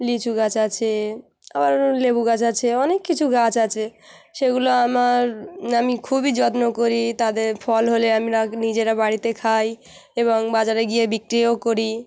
লিচু গাছ আছে আরও লেবু গাছ আছে অনেক কিছু গাছ আছে সেগুলো আমার আমি খুবই যত্ন করি তাদের ফল হলে আমি রাখ নিজেরা বাড়িতে খাই এবং বাজারে গিয়ে বিক্রিও করি